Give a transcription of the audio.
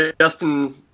Justin